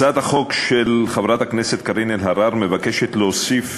הצעת החוק של חברת הכנסת קארין אלהרר מבקשת להוסיף